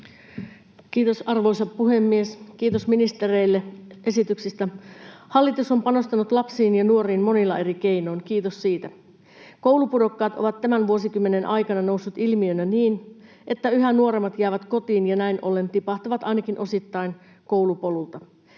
Kiitos, arvoisa puhemies! Kiitos ministereille esityksistä. Hallitus on panostanut lapsiin ja nuoriin monin eri keinoin, kiitos siitä. Koulupudokkaat ovat tämän vuosikymmenen aikana nousseet ilmiönä niin, että yhä nuoremmat jäävät kotiin ja näin ollen tipahtavat, ainakin osittain, koulupolulta.